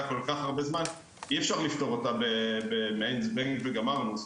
כל כך הרבה זמן אי אפשר לפתור במעין זבנג וגמרנו,